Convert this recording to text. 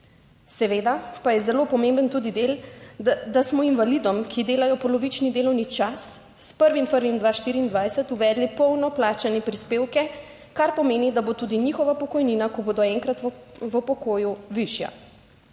Seveda pa je zelo pomemben tudi del, da smo invalidom, ki delajo polovični delovni čas, s 1. 1. 2024 uvedli polno plačane prispevke, kar pomeni, da bo tudi njihova pokojnina, ko bodo enkrat v pokoju, višja.